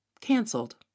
cancelled